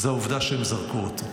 היא העובדה שהם זרקו אותו.